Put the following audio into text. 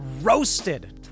roasted